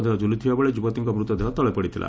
ସେହି ଝୁଲୁଥିବା ବେଳେ ଯୁବତୀଙ୍କ ମୃତଦେହ ତଳେ ପଡ଼ିଥିଲା